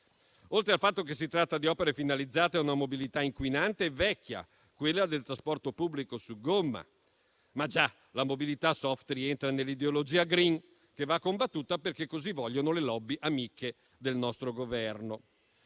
oltre al fatto poi che si tratta di opere finalizzate a una mobilità inquinante e vecchia, quella del trasporto pubblico su gomma. La mobilità *soft* rientra però nell'ideologia *green* che va combattuta, perché così vogliono le *lobby* amiche del nostro Governo